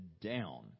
down